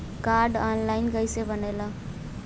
Card online कइसे बनेला?